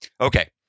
Okay